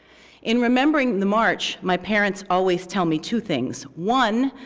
in remembering the march, my parents always tell me two things. one,